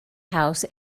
house